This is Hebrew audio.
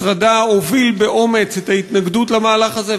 משרדה הוביל באומץ את ההתנגדות למהלך הזה,